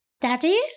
Daddy